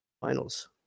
finals